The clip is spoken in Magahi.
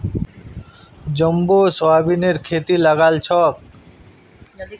जम्बो सोयाबीनेर खेती लगाल छोक